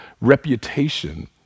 reputation